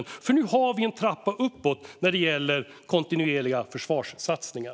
Nu har vi nämligen en trappa uppåt när det gäller kontinuerliga försvarssatsningar.